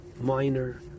minor